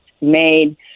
made